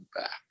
back